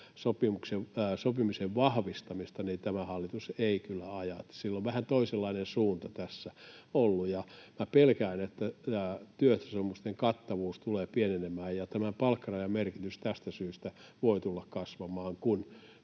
sopimisen vahvistamista, tämä hallitus ei kyllä aja. Sillä on vähän toisenlainen suunta tässä ollut. Minä pelkään, että työehtosopimusten kattavuus tulee pienenemään, ja palkkarajan merkitys tästä syystä voi tulla kasvamaan,